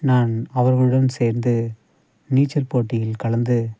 நான் அவர்களுடன் சேர்ந்து நீச்சல் போட்டியில் கலந்து